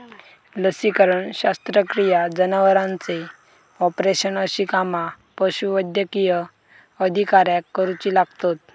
लसीकरण, शस्त्रक्रिया, जनावरांचे ऑपरेशन अशी कामा पशुवैद्यकीय अधिकाऱ्याक करुची लागतत